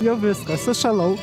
jau viskas sušalau